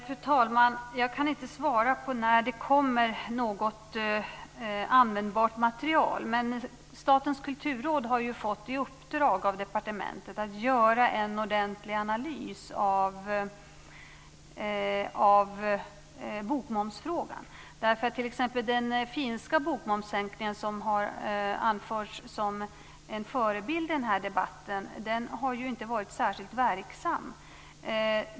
Fru talman! Jag kan inte svara på frågan om när det kommer något användbart material. Men Statens kulturråd har fått i uppdrag av departementet att göra en ordentlig analys av bokmomsfrågan. T.ex. har den finska bokmomssänkningen, som har anförts som en förebild i den här debatten, inte varit särskilt verksam.